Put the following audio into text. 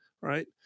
right